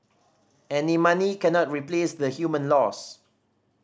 any money cannot replace the human loss